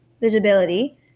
visibility